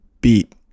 beat